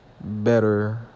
better